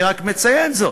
אני רק מציין זאת.